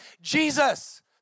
Jesus